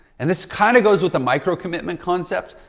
and this kind of goes with the micro-commitment concept,